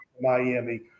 Miami